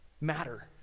matter